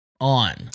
On